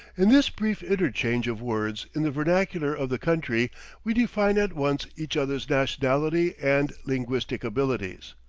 in this brief interchange of words in the vernacular of the country we define at once each other's nationality and linguistic abilities.